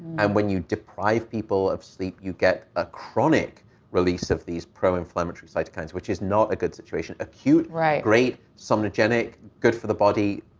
and when you deprive people of sleep, you get a chronic release of these pro-inflammatory cytokines, which is not a good situation. acute, great, somnogenic, good for the body.